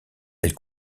elle